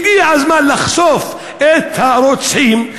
הגיע הזמן לחשוף את הרוצחים,